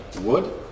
wood